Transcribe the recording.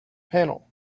panel